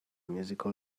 musical